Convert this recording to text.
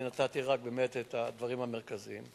אני נתתי רק את הדברים המרכזיים.